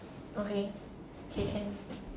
okay okay can